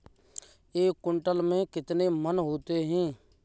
एक क्विंटल में कितने मन होते हैं?